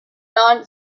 non